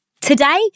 Today